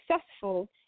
successful